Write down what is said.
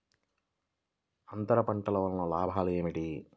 అంతర పంటల వలన లాభాలు ఏమిటి?